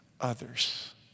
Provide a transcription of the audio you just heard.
others